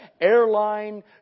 airline